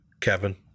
Kevin